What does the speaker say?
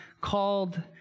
called